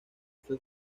fue